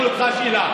שאלה.